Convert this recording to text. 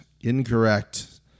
Incorrect